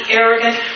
arrogant